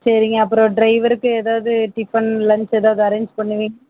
சரிங்க அப்புறம் ட்ரைவருக்கு எதாவது டிஃபன் லன்ச் எதாவது அரேஞ்ச் பண்ணுவிங்களா